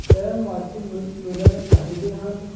ਸਹਿ ਮਚ ਮ ਮਿਲਣੇ ਚਾਹੀਦੇ ਹਨ